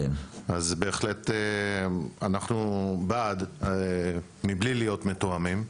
אז בהחלט אנחנו בעד, מבלי להיות מתואמים.